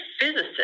physicist